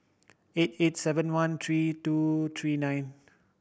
eight eight seven one three two three nine